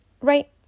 right